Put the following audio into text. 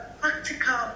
practical